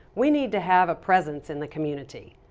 we need to have a presence in the community.